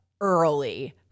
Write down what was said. early